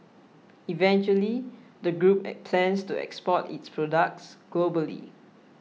eventually the group plans to export its products globally